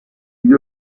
gli